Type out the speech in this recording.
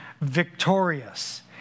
victorious